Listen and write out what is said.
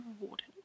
rewarding